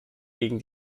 gegen